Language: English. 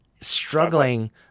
struggling